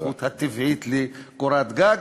הזכות הטבעית לקורת גג.